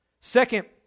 Second